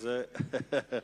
זה כבר,